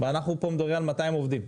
ואנחנו פה מדברים על 200 עובדים,